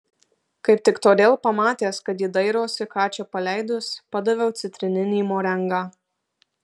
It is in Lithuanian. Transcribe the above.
kaip tik todėl pamatęs kad ji dairosi ką čia paleidus padaviau citrininį morengą